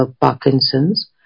Parkinson's